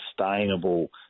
sustainable